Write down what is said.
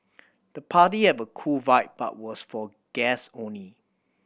the party had a cool vibe but was for guest only